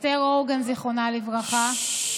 אסתר הורגן, זיכרונה לברכה,